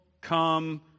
come